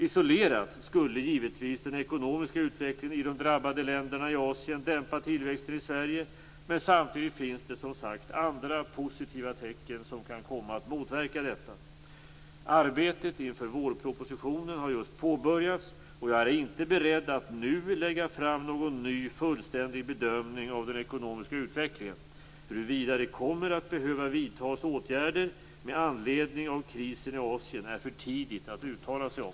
Isolerat skulle givetvis den ekonomiska utvecklingen i de drabbade länderna i Asien dämpa tillväxten i Sverige, men samtidigt finns det som sagt andra positiva tecken som kan komma att motverka detta. Arbetet inför vårpropositionen har just påbörjats, och jag är inte beredd att nu lägga fram någon ny fullständig bedömning av den ekonomiska utvecklingen. Huruvida det kommer att behöva vidtas åtgärder med anledning av krisen i Asien är för tidigt att uttala sig om.